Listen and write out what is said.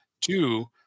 Two